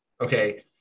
okay